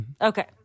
Okay